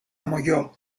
molló